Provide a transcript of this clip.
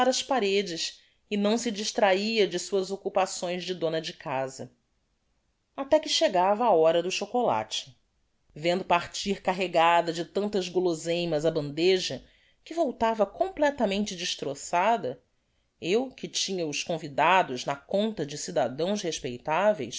ás paredes e não se distrahia de suas occupações de dona de casa até que chegava a hora do chocolate vendo partir carregada de tantas gulosinas a bandeja que voltava completamente destroçada eu que tinha os convidados na conta de cidadãos respeitaveis